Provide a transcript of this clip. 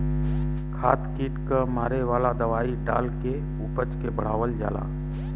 खाद कीट क मारे वाला दवाई डाल के उपज के बढ़ावल जाला